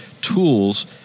tools